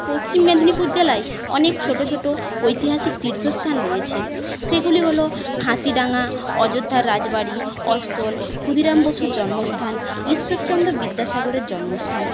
পশ্চিম মেদিনীপুর জেলাই অনেক ছোট ছোট ঐতিহাসিক তীর্থস্থান রয়েছে সেগুলি হল ফাঁসিডাঙা অযোধ্যার রাজবাড়ি অস্থল ক্ষুদিরাম বসুর জন্মস্থান ঈশ্বরচন্দ্র বিদ্যাসাগরের জন্মস্থান